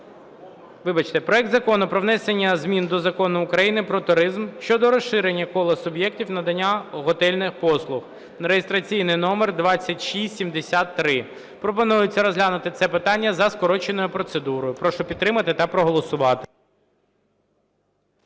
– це проект Закону про внесення змін до Закону України "Про туризм" щодо розширення кола суб'єктів надання готельних послуг (реєстраційний номер 2673). Пропонується розглянути це питання за скороченою процедурою. Прошу підтримати та проголосувати.